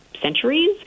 centuries